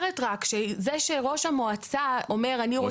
ראש העיר אומר דבר